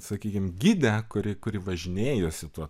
sakykim gidę kuri kuri važinėjosi tuo